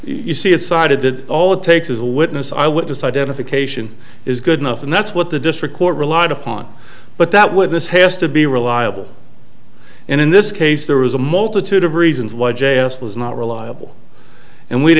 you see it cited that all it takes is a witness eyewitness identification is good enough and that's what the district court relied upon but that would this has to be reliable and in this case there was a multitude of reasons why j s was not reliable and we